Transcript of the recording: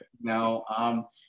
No